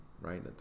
right